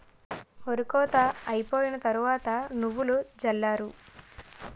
ఒరి కోత అయిపోయిన తరవాత నువ్వులు జల్లారు